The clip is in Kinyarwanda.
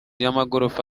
y’amagorofa